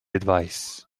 advice